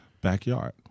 backyard